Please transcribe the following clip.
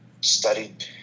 studied